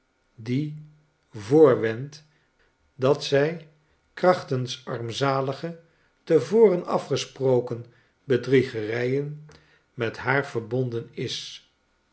die voorwendt dat zij krachtens armzalige te voren afgesproken bedriegerijen met haar verbonden is